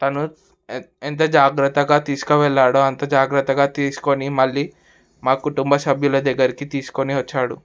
తను ఎంత జాగ్రత్తగా తీసుకువెళ్ళాడో అంత జాగ్రత్తగా తీసుకొని మళ్ళీ మా కుటుంబ సభ్యుల దగ్గరికి తీసుకొని వచ్చాడు